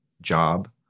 job